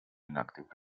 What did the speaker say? inactive